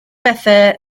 bethau